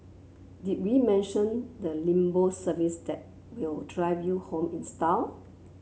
did we mention the limbo service that will drive you home in style